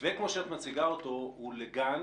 המתווה כמו שאת מציגה אותו מכוון לגן